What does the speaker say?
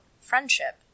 friendship